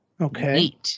Okay